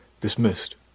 Dismissed